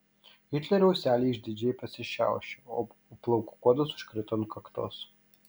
hitlerio ūseliai išdidžiai pasišiaušė o plaukų kuodas užkrito ant kaktos